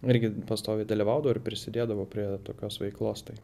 irgi pastoviai dalyvaudo ir prisidėdavo prie tokios veiklos tai